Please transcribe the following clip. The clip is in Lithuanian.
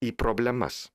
į problemas